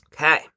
Okay